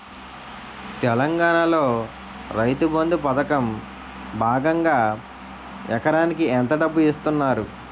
తెలంగాణలో రైతుబంధు పథకం భాగంగా ఎకరానికి ఎంత డబ్బు ఇస్తున్నారు?